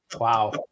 Wow